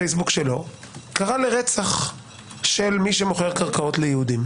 פה וקרא לרצח של מי שמוכר קרקעות ליהודים.